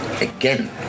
again